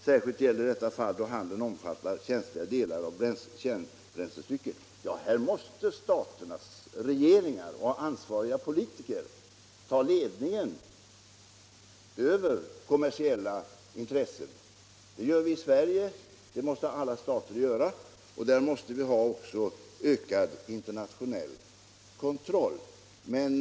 Särskilt gäller detta fall då handeln omfattar känsliga delar av kärnbränslecykeln.” Här måste staternas regeringar och ansvariga politiker ta ledningen över kommersiella intressen. Det gör vi i Sverige, och det måste alla stater göra. Vi måste också ha ökad internationell kontroll i det avseendet.